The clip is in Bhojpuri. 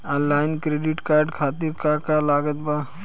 आनलाइन क्रेडिट कार्ड खातिर का का लागत बा?